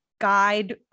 guide